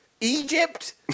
Egypt